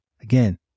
Again